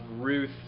Ruth